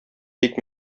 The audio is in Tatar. тик